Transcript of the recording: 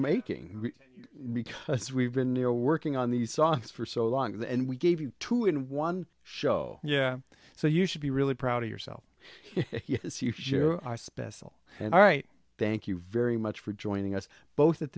making because we've been here working on these songs for so long and we gave you two in one show yeah so you should be really proud of yourself it's you sure are special and all right thank you very much for joining us both at